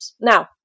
Now